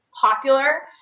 popular